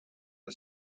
the